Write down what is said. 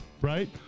right